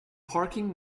parking